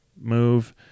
move